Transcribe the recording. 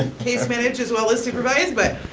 case managed as well as supervised. but